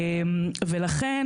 לכן,